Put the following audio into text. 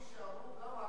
כפי שאמרו כמה לפני,